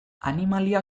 animalia